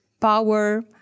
power